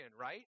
right